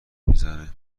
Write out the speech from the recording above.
میزنه